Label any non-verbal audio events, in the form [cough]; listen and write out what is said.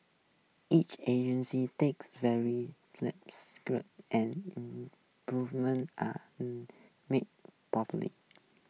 each agency takes every lapse [unintelligible] and improvements are [hesitation] made [unintelligible]